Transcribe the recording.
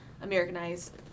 Americanized